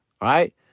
right